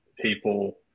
people